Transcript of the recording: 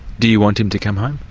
do you want him to come home?